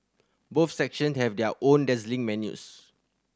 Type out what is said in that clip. both section have their own dazzling menus